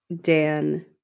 Dan